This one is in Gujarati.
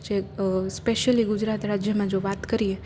જે સ્પેશયલી ગુજરાત રાજ્યમાં જો વાત કરીએ